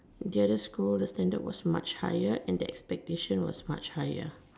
the other school the standard was much higher and the expectation was much higher